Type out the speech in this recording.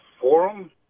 forum